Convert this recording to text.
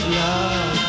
love